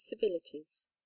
civilities